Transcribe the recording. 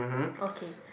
okay